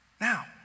Now